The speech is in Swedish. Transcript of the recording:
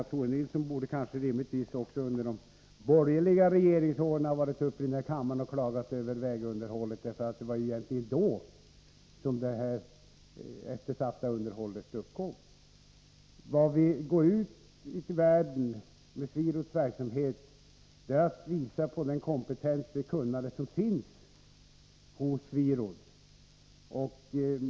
Tore Nilsson borde rimligtvis också under de borgerliga regeringsåren ha varit uppe i kammarens talarstol och klagat över vägunderhållet — det var ju egentligen då som vägunderhållet blev eftersatt. Med SweRoads verksamhet går vi ut i världen och visar på den kompetens och det kunnande som finns hos SweRoad.